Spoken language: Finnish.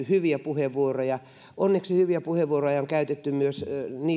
hyviä puheenvuoroja onneksi hyviä puheenvuoroja on käytetty myös